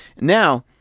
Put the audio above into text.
Now